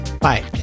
Bye